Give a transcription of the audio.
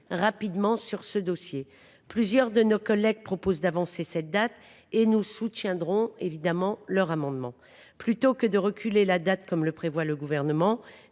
rapidement sur ce dossier. Plusieurs de nos collègues proposent d’avancer cette date, et nous soutiendrons évidemment leurs amendements. Plutôt que de reculer la date, comme le prévoit le Gouvernement,